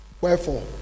wherefore